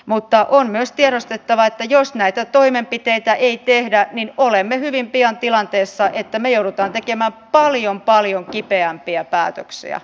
mutta on myös tiedostettava että jos näitä toimenpiteitä ei tehdä niin olemme hyvin pian tilanteessa että me joudumme tekemään paljon paljon kipeämpiä päätöksiä